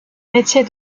métier